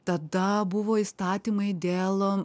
tada buvo įstatymai dėl